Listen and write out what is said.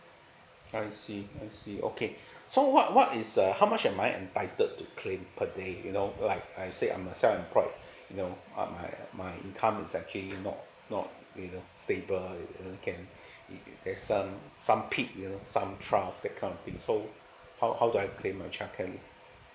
I see I see okay so what what is uh how much am I entitled to claim per day you know like I say I'm a self employed you know uh my my income is actually not not you know stable you know can eh there's some some peak you know some trough that kind of thing so how how do I claim my childcare leave